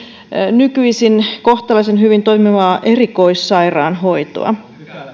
nykyisin kohtalaisen hyvin toimivaa erikoissairaanhoitoamme